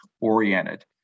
oriented